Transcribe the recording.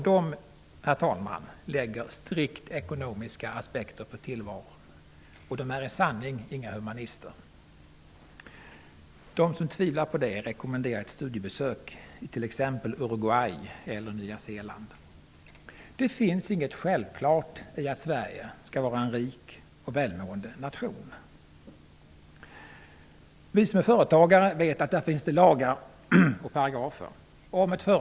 De lägger strikt ekonomiska aspekter på tillvaron, och de är inga humanister. Den som tvivlar på det rekommenderar jag ett studiebesök i t.ex. Uruguay eller Nya Zeeland. Det finns inget självklart i att Sverige skall vara en rik och välmående nation. Vi som är företagare vet att det finns lagar och paragrafer för vår verksamhet.